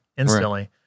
Instantly